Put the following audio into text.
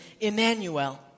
Emmanuel